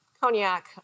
cognac